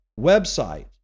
website